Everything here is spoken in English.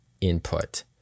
input